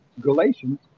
Galatians